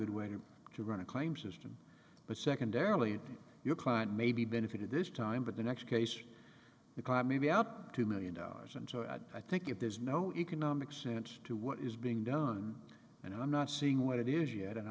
good way to run a claim system but secondarily your client may be benefited this time but the next case because i maybe up two million dollars and i think if there's no economic sense to what is being done and i'm not seeing what it is yet and